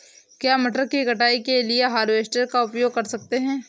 क्या मटर की कटाई के लिए हार्वेस्टर का उपयोग कर सकते हैं?